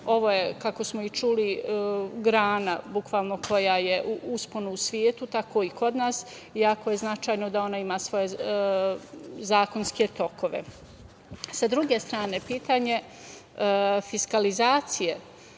je, kako smo i čuli, bukvalno grana koja je u usponu u svetu, tako i kod nas i jako je značajno da ona ima svoje zakonske tokove.S druge strane, pitanje fiskalizacije